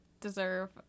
deserve